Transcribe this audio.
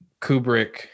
kubrick